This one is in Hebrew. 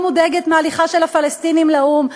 לא מודאגת מההליכה של הפלסטינים לאו"ם.